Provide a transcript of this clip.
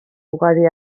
ugari